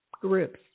groups